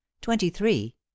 Twenty-three